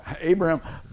Abraham